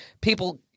people